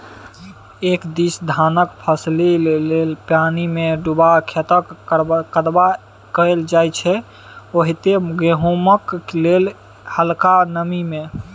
एक दिस धानक फसिल लेल पानिमे डुबा खेतक कदबा कएल जाइ छै ओतहि गहुँमक लेल हलका नमी मे